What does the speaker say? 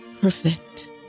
perfect